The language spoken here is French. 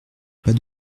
pas